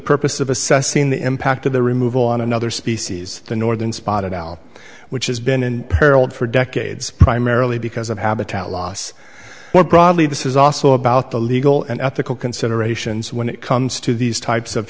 purpose of assessing the impact of the removal on another species the northern spotted owl which has been in peril for decades primarily because of habitat loss but broadly this is also about the legal and ethical considerations when it comes to these types of